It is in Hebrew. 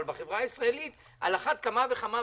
אבל בחברה הישראלית על אחת כמה וכמה.